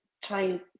trying